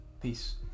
Peace